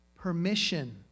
permission